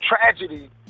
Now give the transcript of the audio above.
tragedy